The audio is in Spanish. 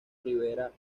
rivera